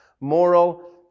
moral